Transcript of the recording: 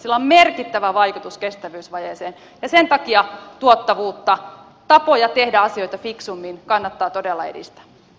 sillä on merkittävä vaikutus kestävyysvajeeseen ja sen takia tuottavuutta tapoja tehdä asioita fiksummin kannattaa todella edistää